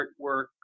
artwork